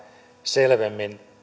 selvemmin